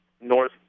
north